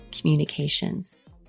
communications